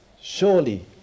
Surely